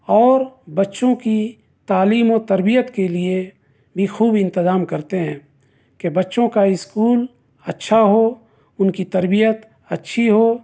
اور بچوں کی تعلیم و تربیت کے لیے بھی خوب انتظام کرتے ہیں کہ بچوں کا اسکول اچھا ہو اُن کی تربیت اچھی ہو